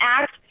act